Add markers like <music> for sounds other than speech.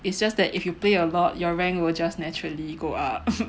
it's just that if you play a lot your rank will just naturally go up <noise>